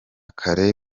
kare